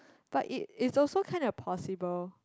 but it is also kind of possible